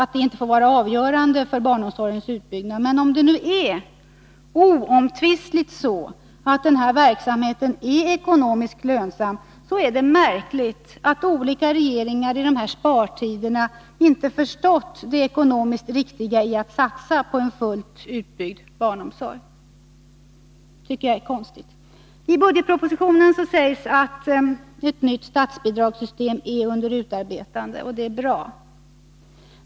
Egentligen skall man inte tala om vinst eller lönsamhet när det gäller barnomsorgen. Men om nu denna verksamhet oomtvistligt är ekonomiskt lönsam, är det märkligt att olika regeringar i dessa spartider inte har förstått det ekonomiskt riktiga i att satsa på en fullt utbyggd barnomsorg. I budgetpropositionen sägs att ett nytt statsbidragssystem är under utarbetande. Det är bra.